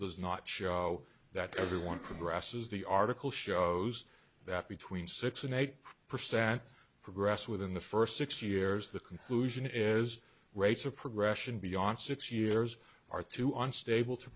does not show that everyone progresses the article shows that between six and eight percent progress within the first six years the conclusion is rates of progression beyond six years are too unstable to